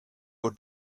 your